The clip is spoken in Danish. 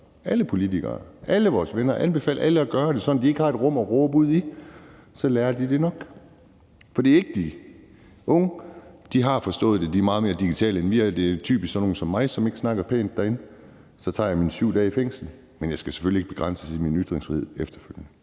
alle politikere, alle vores venner – sådan at de ikke har et rum at råbe ud i, og så lærer de det jo nok. For det er ikke de unge, der gør det; de har forstået det, for de er meget mere digitale, end vi er. Det er typisk sådan nogle som mig, som ikke snakker pænt derinde. Så tager jeg mine 7 dage i fængsel, men jeg skal selvfølgelig ikke begrænses i min ytringsfrihed efterfølgende.